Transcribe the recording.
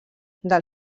del